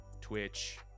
twitch